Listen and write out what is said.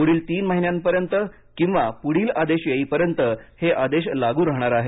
पुढील तीन महिन्यांपर्यंत किंवा पुढील आदेश येईपर्यंत हे आदेश लागू राहणार आहेत